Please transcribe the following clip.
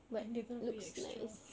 but they are going to pay extra